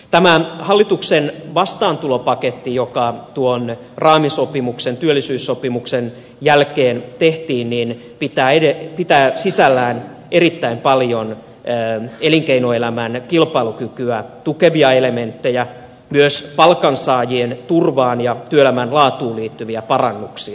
tämä hallituksen vastaantulopaketti joka tuon raami sopimuksen työllisyyssopimuksen jälkeen tehtiin pitää sisällään erittäin paljon elinkeinoelämän kilpailukykyä tukevia elementtejä myös palkansaajien turvaan ja työelämän laatuun liittyviä parannuksia